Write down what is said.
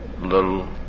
little